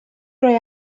grey